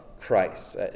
Christ